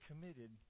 committed